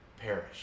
perish